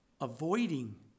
avoiding